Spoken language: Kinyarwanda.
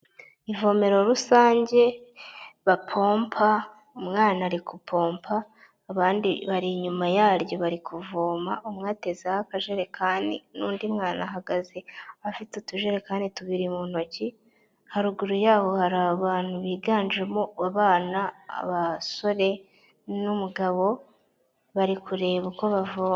Ivomero rusange bapompa, umwana ari gupompa, abandi bari inyuma yaryo bari kuvoma, umwe atezeho akajerekani n'undi mwana ahagaze afite utujerekani tubiri mu ntoki, haruguru yaho hari abantu biganjemo abana, abasore n'umugabo bari kureba uko bavoma.